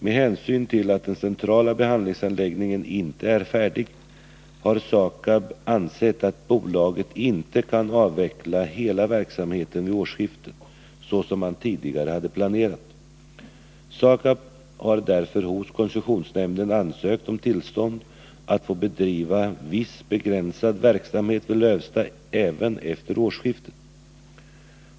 Med hänsyn till att den centrala behandlingsanläggningen inte är färdig har SAKAB ansett att bolaget inte kan avveckla hela verksamheten vid årsskiftet såsom man tidigare hade planerat. SAKAB har därför hos koncessionsnämnden ansökt om tillstånd att bedriva viss begränsad verksamhet vid Lövsta även efter årsskiftet.